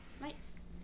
Nice